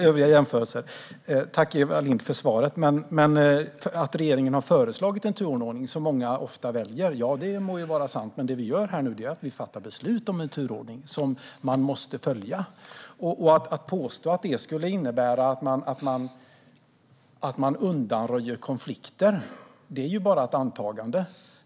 Herr talman! Tack, Eva Lindh, för svaret! Det må vara hänt att regeringen har föreslagit en turordning som många ofta väljer. Men nu fattar vi beslut om en turordning som man måste följa. Påståendet att detta skulle innebära att konflikter undanröjs blir bara ett antagande.